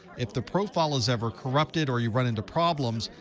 if the profile is ever corrupted, or you run into problems,